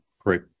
great